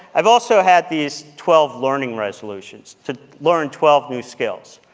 i've also had these twelve learning resolutions, to learn twelve new skills.